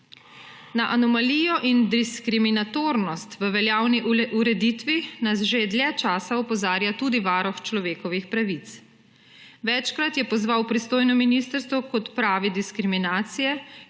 Na anomalijo in diskriminatornost v veljavni ureditvi nas že dlje časa opozarja tudi Varuh človekovih pravic. Večkrat je pozval pristojno ministrstvo k odpravi diskriminacije,